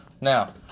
Now